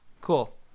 cool